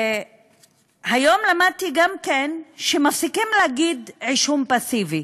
והיום למדתי גם שמפסיקים להגיד "עישון פסיבי"